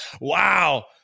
Wow